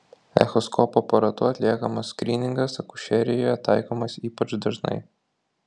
echoskopo aparatu atliekamas skryningas akušerijoje taikomas ypač dažnai